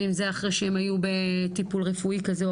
אם זה אחרי שהן היו בטיפול רפואי כזה,